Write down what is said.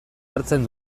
hartzen